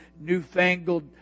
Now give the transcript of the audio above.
newfangled